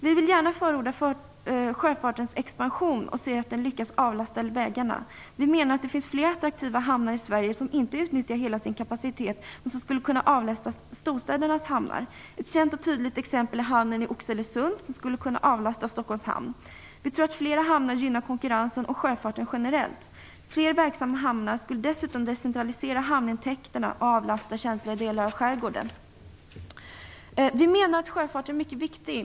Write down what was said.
Vi vill gärna förorda en expansion av sjöfarten och se att den lyckas avlasta vägarna. Vi menar att det finns fler attraktiva hamnar i Sverige som inte utnyttjar hela sin kapacitet och som skulle kunna avlasta storstädernas hamnar. Ett känt och tydligt exempel är hamnen i Oxelösund, som skulle kunna avlasta Stockholms hamn. Vi tror att flera hamnar gynnar konkurrensen och sjöfarten generellt. Fler verksamma hamnar skulle dessutom decentralisera hamnintäkterna och avlasta känsliga delar av skärgården. Vi menar att sjöfarten är mycket viktig.